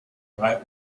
drei